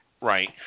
Right